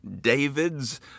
Davids